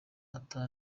ata